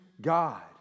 God